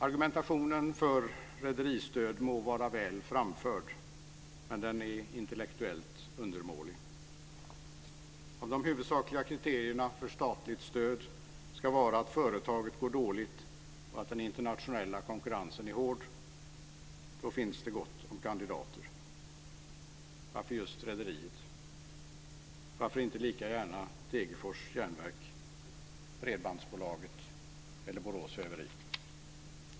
Argumentationen för rederistöd må vara väl framförd, men den är intellektuellt undermålig. Om de huvudsakliga kriterierna för statligt stöd ska vara att företaget går dåligt och att den internationella konkurrensen är hård finns det gott om kandidater. Varför just rederier, varför inte lika gärna Degerfors järnverk, Bredbandsbolaget eller Borås Väveri?